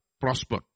prosper